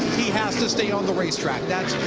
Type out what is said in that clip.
he has to stay on the racetrack. that's